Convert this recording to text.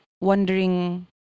wondering